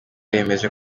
yemeza